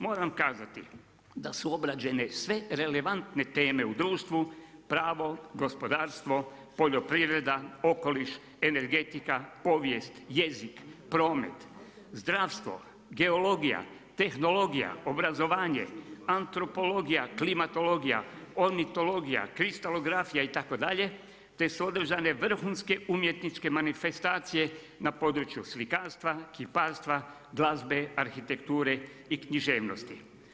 Moram kazati da su obrađene sve relevantne teme u društvu, pravo, gospodarstvo, poljoprivreda, okoliš, energetika, povijest, jezik, promet, zdravstvo, geologija, tehnologija, obrazovanje, antropologija, klimatologija, ornitologija, kristalografija itd. te su određene vrhunske umjetničke manifestacije na području slikarstva, kiparstva, glazbe, arhitekture i književnosti.